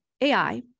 AI